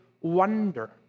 wonder